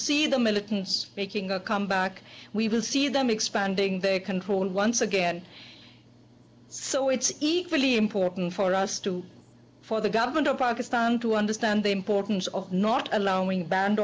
militants making a comeback we will see them expanding their control once again so it's equally important for us to for the government of pakistan to understand the importance of not allowing ban